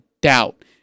doubt